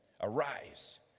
arise